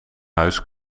huis